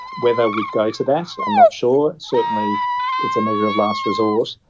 whether we'd go to that, i'm not sure. certainly it's a measure of last resort,